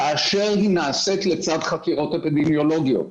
כאשר היא נעשית לצד חקירות אפידמיולוגיות.